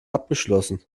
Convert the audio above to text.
abgeschlossen